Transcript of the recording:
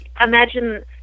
imagine